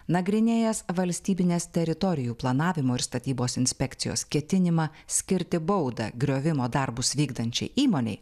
nagrinėjęs valstybinės teritorijų planavimo ir statybos inspekcijos ketinimą skirti baudą griovimo darbus vykdančiai įmonei